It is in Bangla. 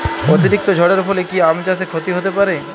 অতিরিক্ত ঝড়ের ফলে কি আম চাষে ক্ষতি হতে পারে?